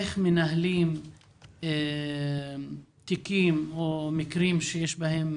איך מנהלים תיקים או מקרים שיש בהם